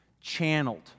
channeled